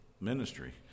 ministry